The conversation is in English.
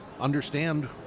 understand